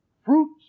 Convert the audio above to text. Fruits